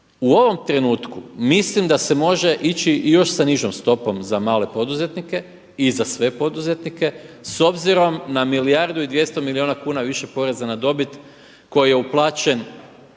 u ovom trenutku mislim da se može ići i još sa nižom stopom za male poduzetnike i za sve poduzetnike s obzirom na milijardu i 200 milijuna kuna više poreza na dobit koji je uplaćen